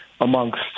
amongst